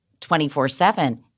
24-7